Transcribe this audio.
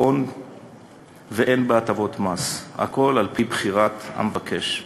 הון והן הטבות מס, הכול על-פי בחירת המבקש.